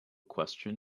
question